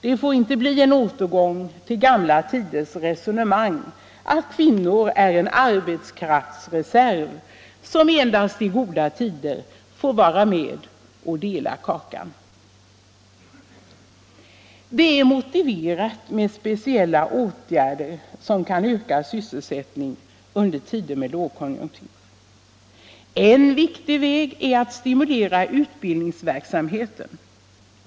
Det får inte bli en återgång till gamla tiders resonemang, att kvinnor är en arbetskraftsreserv, som endast i goda tider får vara med och dela kakan. Det är motiverat med speciella åtgärder som kan öka sysselsättningen under tider med lågkonjunktur. En viktig väg är att stimulera utbildningsverksamheten.